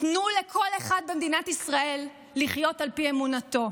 תנו לכל אחד במדינת ישראל לחיות על פי אמונתו.